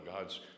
God's